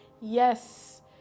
Yes